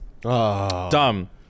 Dumb